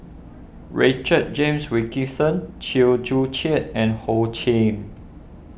Richard James Wilkinson Chew Joo Chiat and Ho Ching